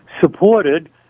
supported